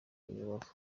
rubavu